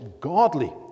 godly